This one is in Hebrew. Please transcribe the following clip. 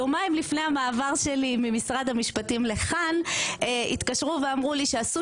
יומיים לפני המעבר שלי ממשרד המשפטים לכאן התקשרו ואמרו לי שעשו